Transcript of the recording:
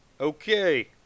Okay